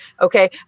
Okay